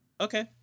okay